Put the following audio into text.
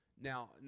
Now